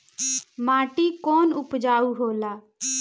माटी कौन उपजाऊ होला?